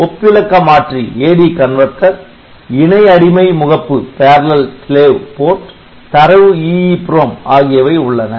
மேலும் ஒப்பிலக்க மாற்றி AD Converter இணை அடிமை முகப்பு தரவு EEPROM ஆகியவை உள்ளன